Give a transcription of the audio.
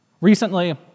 Recently